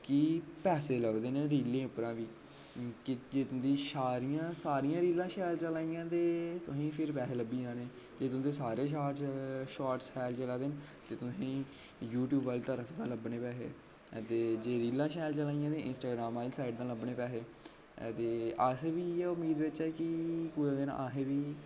कि पैसे लभदे न रीलें उप्परा बी की की तुं'दी सारियां सारियां रीलां शैल चलादियां ते तोहें फिर पैहे् लब्भी जाने ते तुं'दे सारे शार्टस शैल चला दे न ते तोहें ई यूट्यूब दी तरफ दा लब्भने पैहे् ते जे रीलां शैल चला दियां ते इंस्टाग्राम आह्ली साइड दा लब्भने पैहे ते अस बी इ'यै उमीद बिच आं कि कुसै दिन अहें बी